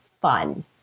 fun